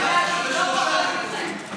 אבל יש שיפור, 35 מנדטים, לא פחות.